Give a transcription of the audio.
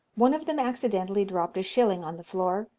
one of them accidentally dropped a shilling on the floor,